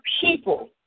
people